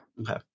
Okay